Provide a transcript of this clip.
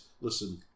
listen